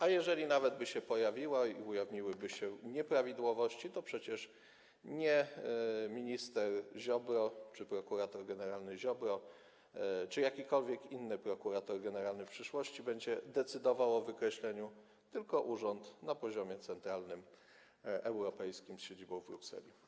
A jeżeli nawet by się pojawiła i ujawniłyby się nieprawidłowości, to przecież nie minister, prokurator generalny Ziobro czy w przyszłości jakikolwiek inny prokurator generalny będzie decydował o wykreśleniu, tylko urząd na poziomie centralnym, europejskim z siedzibą w Brukseli.